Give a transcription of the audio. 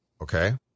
okay